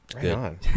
Good